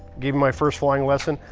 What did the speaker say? gave me my first flying lesson.